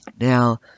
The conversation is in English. Now